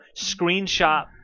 screenshot